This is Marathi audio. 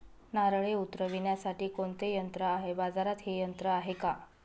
नारळे उतरविण्यासाठी कोणते यंत्र आहे? बाजारात हे यंत्र आहे का?